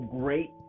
great